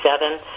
seven